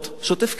שוטף כלים,